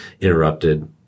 interrupted